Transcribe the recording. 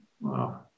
Wow